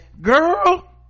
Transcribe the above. girl